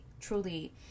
truly